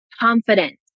confident